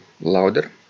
louder